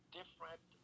different